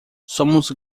somos